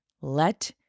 let